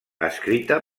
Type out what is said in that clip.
escrita